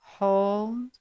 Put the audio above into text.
Hold